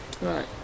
Right